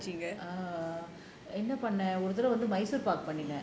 err என்ன பண்ணுனே ஒரு தடவ வந்து Mysore pak பண்ணினேன்:enna pannunae oru thadava vanthu mysurpaakku pannunae